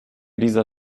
dieser